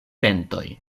dentoj